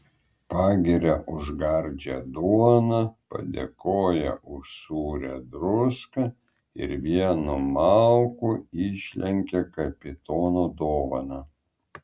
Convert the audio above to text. pagiria už gardžią duoną padėkoja už sūrią druską ir vienu mauku išlenkia kapitono dovaną